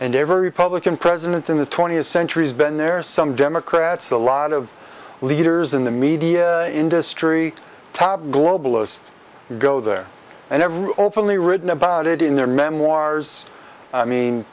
and every republican president in the twentieth century has been there some democrats a lot of leaders in the media industry top globalist go there and every openly written about it in their memoirs i mean